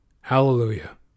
Hallelujah